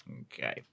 Okay